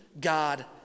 God